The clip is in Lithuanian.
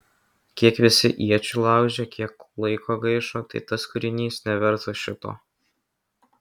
kiek visi iečių laužė kiek laiko gaišo tai tas kūrinys nevertas šito